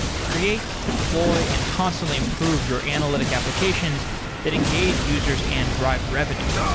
create, deploy and constantly improve your analytic applications that engage users and drive revenue.